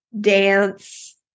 dance